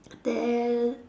then